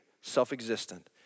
self-existent